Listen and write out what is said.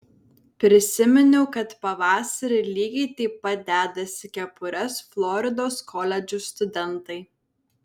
prisiminiau kad pavasarį lygiai taip pat dedasi kepures floridos koledžų studentai